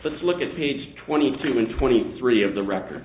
let's look at page twenty two and twenty three of the record